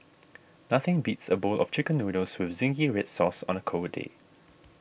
nothing beats a bowl of Chicken Noodles with Zingy Red Sauce on a cold day